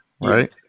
Right